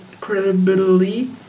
credibility